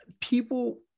People